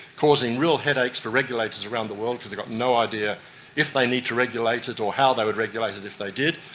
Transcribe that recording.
causing real headaches for regulators around the world because they've got no idea if they need to regulate it or how they would regulate it if they did.